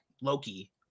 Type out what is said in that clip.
Loki